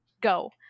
go